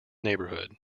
neighborhood